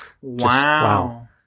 Wow